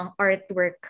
artwork